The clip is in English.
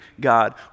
God